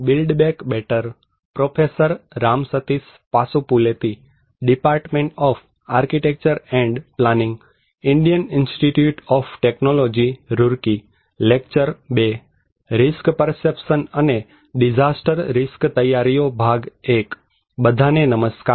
બધાને નમસ્કાર